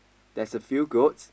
there's a few goats